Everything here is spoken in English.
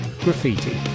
graffiti